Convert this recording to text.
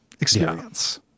experience